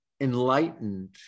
enlightened